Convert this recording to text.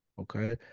Okay